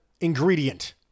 ingredient